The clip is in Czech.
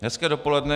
Hezké dopoledne.